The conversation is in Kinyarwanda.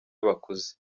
bakuze